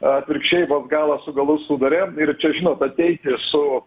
atvirkščiai vos galą su galu suduria ir čia žinot ateiti su